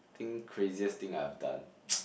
I think craziest thing I've done